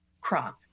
crop